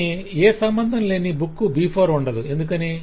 కానీ ఏ సంబంధమూ లేని బుక్ B4 ఉండదు ఎందుకని